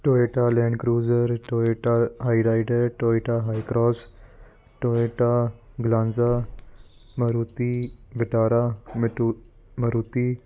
Toyota Land Cruiser Toyota Hyryder Toyota Hycross Toyota Glanza Maruti Vitara ਮਟੁ ਮਾਰੂਤੀ